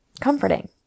comforting